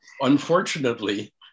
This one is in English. Unfortunately